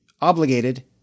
obligated